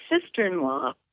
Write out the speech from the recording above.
sister-in-law